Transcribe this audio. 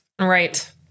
Right